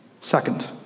Second